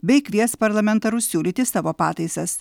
bei kvies parlamentarus siūlyti savo pataisas